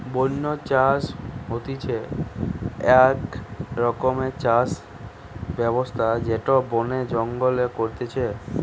বন্য চাষ হতিছে আক রকমকার চাষ ব্যবস্থা যেটা বনে জঙ্গলে করতিছে